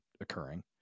occurring